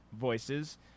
voices